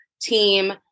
team